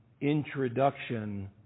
introduction